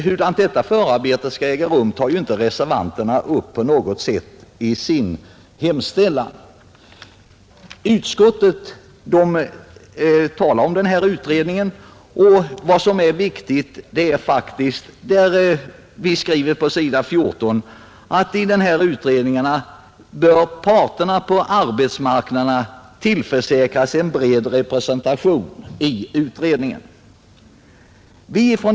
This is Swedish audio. Hur detta skall gå till tar reservanten inte alls upp i sin hemställan. Vad som enligt utskottets mening är viktigt framgår på sidan 14 i betänkandet, nämligen att arbetsmarknadens parter tillförsäkras en bred representation i utredningen.